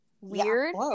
Weird